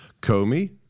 Comey